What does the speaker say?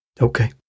Okay